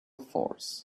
force